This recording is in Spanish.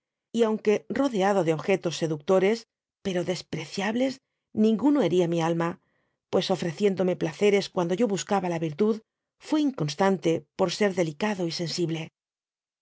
y aunque rodeado de objetos seductores pero despreciables f ninguno hería mi alma pues ofreciéndome placeresycuando yo buscaba la virtud fui inconstante por ser delicado y sensible